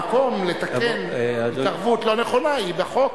המקום לתקן התערבות לא נכונה הוא בחוק.